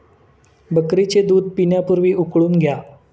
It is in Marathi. बकरीचे दूध पिण्यापूर्वी उकळून घ्या